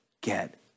get